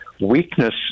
weakness